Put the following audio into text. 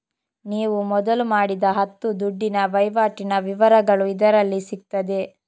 ನೀವು ಮೊದಲು ಮಾಡಿದ ಹತ್ತು ದುಡ್ಡಿನ ವೈವಾಟಿನ ವಿವರಗಳು ಇದರಲ್ಲಿ ಸಿಗ್ತದೆ